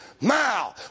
Now